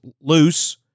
loose